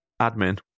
admin